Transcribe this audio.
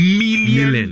million